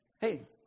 Hey